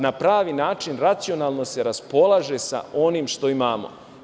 Na pravi način racionalno se raspolaže sa onim što imamo.